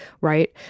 Right